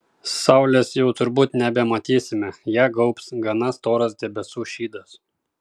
saulės jau turbūt nebematysime ją gaubs gana storas debesų šydas